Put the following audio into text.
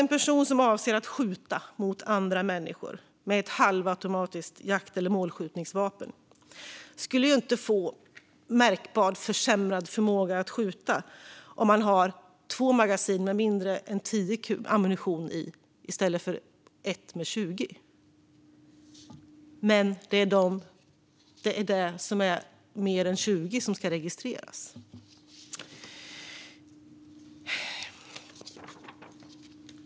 En person som avser att skjuta mot andra människor med ett halvautomatiskt jakt eller målskjutningsvapen skulle inte få märkbart försämrad förmåga att skjuta om han hade två magasin med mindre än 10 patroner i stället för ett med 20. Men det är magasin med mer än 10 patroner som ska registreras.